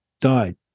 died